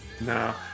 No